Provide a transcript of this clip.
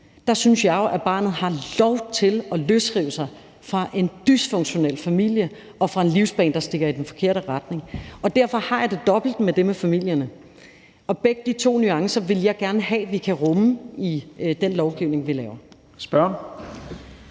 Der synes jeg jo, at barnet har lov til at løsrive sig fra en dysfunktionel familie og fra en livsbane, der stikker i den forkerte retning. Derfor har jeg det dobbelt med det med familierne, og begge de to nuancer vil jeg gerne have at vi kan rumme i den lovgivning, vi laver.